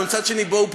אבל מצד שני: בואו,